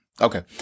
Okay